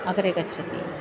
अग्रे गच्छति